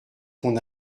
qu’on